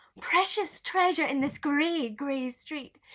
precious treasure in this gray, gray street,